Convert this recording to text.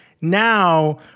Now